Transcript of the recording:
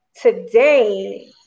today